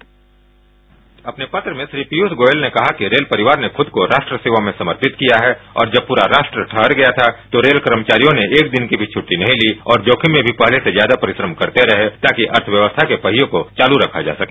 bite अपने पत्र में श्री पीयूष गोयल ने कहा कि रेल परिवार ने खुद को राष्ट्र सेवा में समर्पित किया है और जब पूरा राष्ट्र हार गया था तो रेल कर्मचारियों ने एक दिन की भी छुट्टी नहीं ली और जोखिम में भी पहले ज्यादा परिश्रम करते रहे ताकि अर्थव्यवस्था के पहियों को चालू रखे जा सके